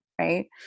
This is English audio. Right